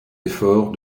effort